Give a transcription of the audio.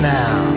now